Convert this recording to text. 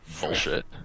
Bullshit